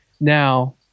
now